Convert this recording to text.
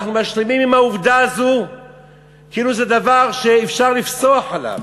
אנחנו משלימים עם העובדה הזו כאילו זה דבר שאפשר לפסוח עליו,